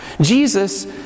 Jesus